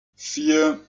vier